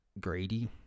greedy